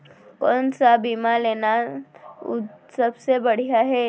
कोन स बीमा लेना सबले बढ़िया हे?